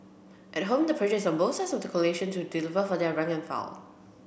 at home the pressure is on both sides of the coalition to deliver for their rank and file